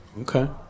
Okay